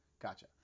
Gotcha